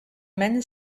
many